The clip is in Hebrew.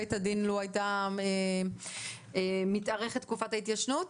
לבית הדין אילו הייתה מתארכת תקופת ההתיישנות?